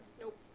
Nope